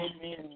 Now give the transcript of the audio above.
Amen